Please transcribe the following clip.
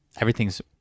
Everything's